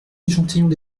échantillons